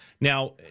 Now